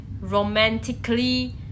romantically